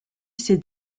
cette